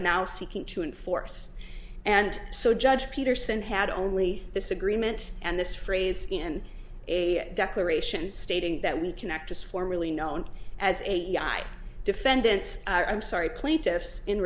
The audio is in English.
now seeking to enforce and so judge peterson had only this agreement and this phrase and a declaration stating that we can act as formerly known as a yeah i defendants i'm sorry plaintiffs in